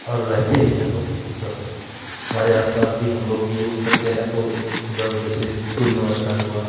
और रहते भी हैं लोग स्वस्थ हमारे आस पास भी हम लोग भी योग करते हैं तो सुबह जैसे सूर्य नमस्कार हुआ